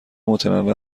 متنوع